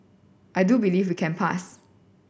I do believe we can pass